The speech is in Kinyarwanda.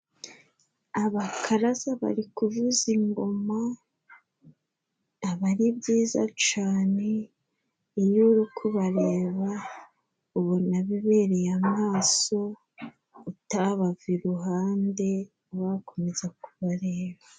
Abakaraza bari kuvuza ingoma, aba ari byiza cane iyo uri kubareba, ubona bibereye amaso utabava iruhande wakomeza kubareba.